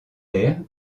air